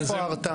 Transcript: איפה ההרתעה?